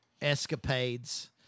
Escapades